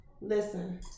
listen